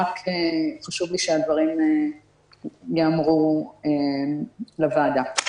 רק חשוב לי שהדברים יאמרו לוועדה.